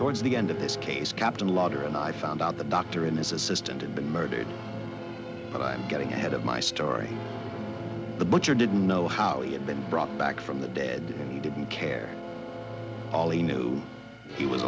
towards the end of this case captain lauder and i found out the doctor and his assistant and been murdered but i'm getting ahead of my story the butcher didn't know how he had been brought back from the dead and he didn't care all he knew he was